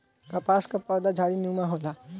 कपास कअ पौधा झाड़ीनुमा होला